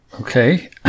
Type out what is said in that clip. Okay